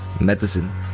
medicine